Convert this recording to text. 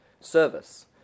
service